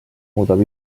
muudab